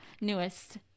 Newest